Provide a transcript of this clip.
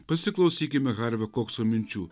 pasiklausykime harvio kokso minčių